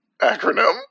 acronym